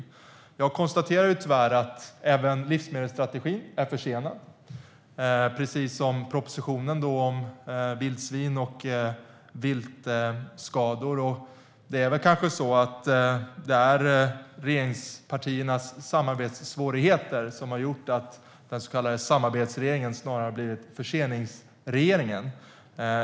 Jag konstaterar tyvärr att även livsmedelsstrategin är försenad, precis som propositionen om vildsvin och viltskador. Det är väl kanske regeringspartiernas samarbetssvårigheter som har gjort att den så kallade samarbetsregeringen snarare blivit förseningsregeringen.